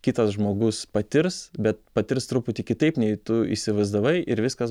kitas žmogus patirs bet patirs truputį kitaip nei tu įsivaizdavai ir viskas